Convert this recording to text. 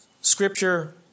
Scripture